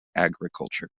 agriculture